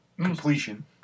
completion